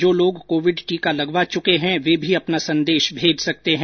जो लोग कोविड टीका लगवा चुके हैं वे भी अपना संदेश भेज सकते हैं